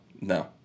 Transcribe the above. no